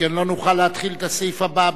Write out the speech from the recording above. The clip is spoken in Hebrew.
שכן לא נוכל להתחיל את הסעיף הבא.